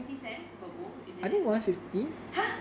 fifty cents per bowl is it !huh!